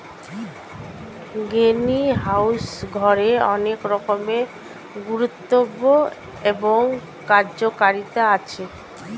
greenhouse ঘরের অনেক রকমের গুরুত্ব এবং কার্যকারিতা আছে